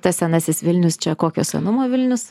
tas senasis vilnius čia kokio senumo vilnius